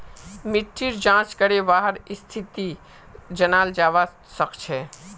मिट्टीर जाँच करे वहार स्थिति जनाल जवा सक छे